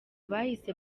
bahise